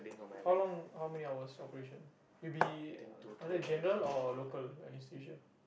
how long how many hours operation it will be under general or local anaesthesia